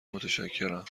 متشکرم